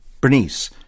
Bernice